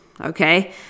okay